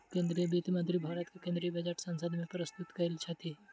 केंद्रीय वित्त मंत्री भारत के केंद्रीय बजट संसद में प्रस्तुत करैत छथि